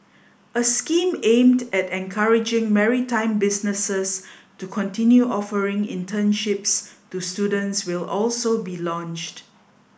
a scheme aimed at encouraging maritime businesses to continue offering internships to students will also be launched